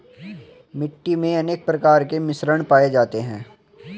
मिट्टी मे अनेक प्रकार के मिश्रण पाये जाते है